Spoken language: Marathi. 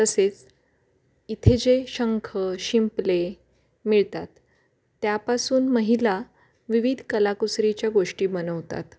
तसेच इथे जे शंख शिंपले मिळतात त्यापासून महिला विविध कलाकुसरीच्या गोष्टी बनवतात